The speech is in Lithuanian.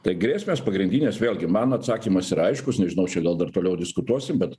tai grėsmės pagrindinės vėlgi mano atsakymas yra aiškus nežinau čia gal dar toliau diskutuosim bet